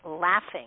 laughing